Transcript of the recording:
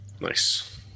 Nice